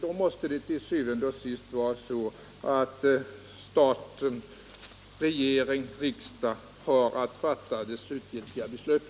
Då måste det til syvende og sidst vara staten, regering och riksdag, som fattar det avgörande beslutet.